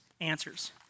answers